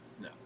No